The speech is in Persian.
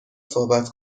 صحبت